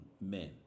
men